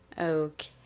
Okay